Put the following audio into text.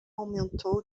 aumentou